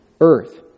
earth